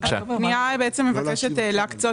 פנייה מספר 127 ו-128, המטה לביטחון לאומי.